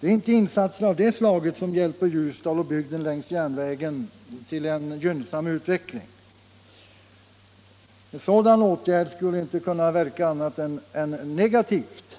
Det är inte insatser av det slaget som hjälper Ljusdal och bygden längs järnvägen till en gynnsam utveckling. En sådan åtgärd kan inte verka annat än negativt.